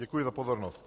Děkuji za pozornost.